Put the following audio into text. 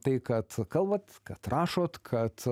tai kad kalbat kad rašot kad